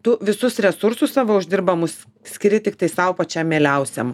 tu visus resursus savo uždirbamus skiri tiktai sau pačiam mieliausiam